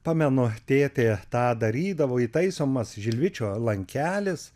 pamenu tėtė tą darydavo įtaisomas žilvičio lankelis